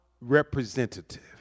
representative